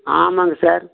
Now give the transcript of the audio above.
ஆமாங்க சார்